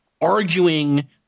arguing